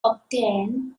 obtained